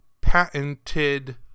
patented